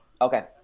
Okay